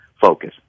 focus